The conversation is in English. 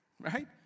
Right